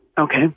Okay